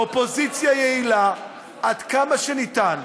באופוזיציה יעילה, עד כמה שניתן.